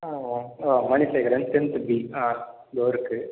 ஆ ஓ Manisekaran tenth B ஆ இதோ இருக்கு